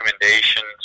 recommendations